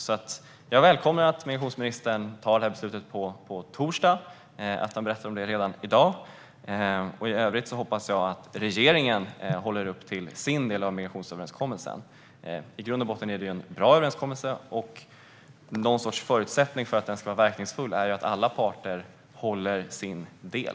Jag välkomnar därför att migrationsministern tar detta beslut på torsdag och att han berättar om det redan i dag. I övrigt hoppas jag att regeringen håller sin del av migrationsöverenskommelsen. I grund och botten är det en bra överenskommelse, men en förutsättning för att den ska vara verkningsfull är att alla parter håller sin del.